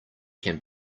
can